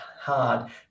hard